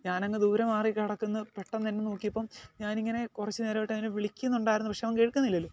ഞാൻ അങ്ങ് ദൂരെ മാറി കിടക്കുന്നു പെട്ടെന്ന് തന്നെ നോക്കിയപ്പം ഞാൻ ഇങ്ങനെ കുറച്ച് നേരായിട്ട് അങ്ങനെ വിളിക്കുന്നുണ്ടായിരുന്നു പക്ഷെ അവൻ കേൾക്കുന്നില്ലല്ലോ